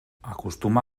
acostuma